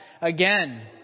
again